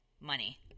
money